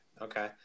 Okay